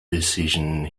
decision